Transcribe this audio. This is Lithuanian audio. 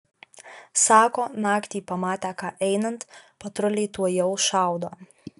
sako naktį pamatę ką einant patruliai tuojau šaudo